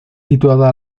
situada